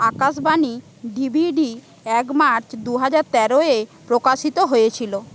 আকাশ বাণী ডিভিডি এক মার্চ দু হাজার তেরো এ প্রকাশিত হয়েছিল